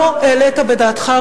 לא העלית בדעתך,